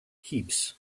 heaps